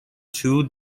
two